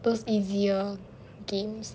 those easier games